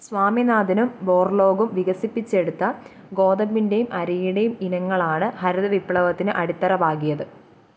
സ്വാമിനാഥനും ബോർലോഗും വികസിപ്പിച്ചെടുത്ത ഗോതമ്പിന്റെയും അരിയുടെയും ഇനങ്ങളാണ് ഹരിതവിപ്ലവത്തിന് അടിത്തറ പാകിയത്